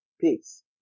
Peace